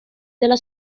della